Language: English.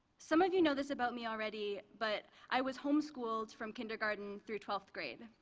some of you know this about me already, but i was homeschooled from kindergarten through twelfth grade.